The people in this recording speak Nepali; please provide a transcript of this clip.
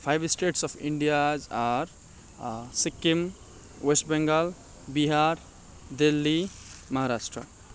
five states of India's are Sikkim West Bengal Bihar Delhi Maharashtra